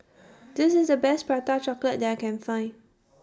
This IS The Best Prata Chocolate that I Can Find